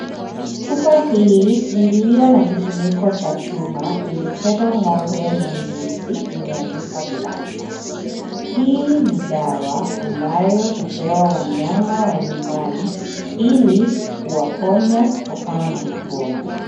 Chupa hii iliyo na kifuniko cha chuma, imechorwa ng'ombe na mbuzi, imeandikwa Blanthax. Hii ni dawa ambayo hupewa wanyama wa nyumbani, ili kuwaponya kutokana na magonjwa.